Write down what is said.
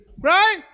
Right